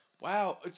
Wow